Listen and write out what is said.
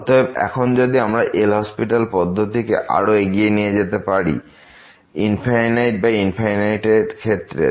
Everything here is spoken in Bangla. অতএব এখন যদি আমরা এল হসপিটালL'Hospital পদ্ধতি কে আরও এগিয়ে নিয়ে যেতে পারি ∞∞এর ক্ষেত্রে